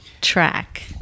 track